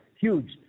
huge